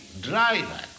driver